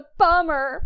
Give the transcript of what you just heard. bummer